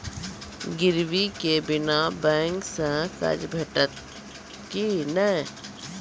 गिरवी के बिना बैंक सऽ कर्ज भेटतै की नै?